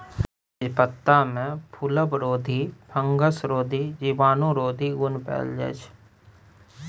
तेजपत्तामे फुलबरोधी, फंगसरोधी, जीवाणुरोधी गुण पाएल जाइ छै